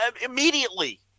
immediately